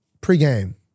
Pre-game